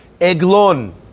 Eglon